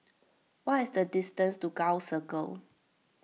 what is the distance to Gul Circle